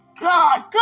God